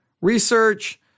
research